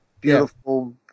beautiful